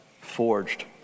forged